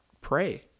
pray